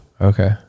Okay